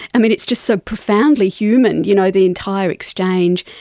i mean, it's just so profoundly human, you know the entire exchange.